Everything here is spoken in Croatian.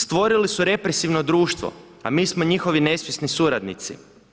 Stvorili su represivno društvo, a mi smo njihovi nesvjesni suradnici.